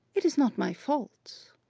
it is not my fault.